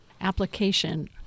application